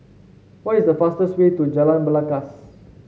what is the fastest way to Jalan Belangkas